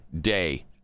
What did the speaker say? day